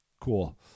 Cool